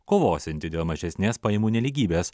kovosianti dėl mažesnės pajamų nelygybės